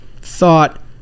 thought